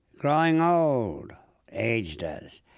growing old aged us,